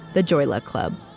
the joy luck club.